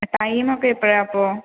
time ഒക്കെ എപ്പോഴാണ് അപ്പോൾ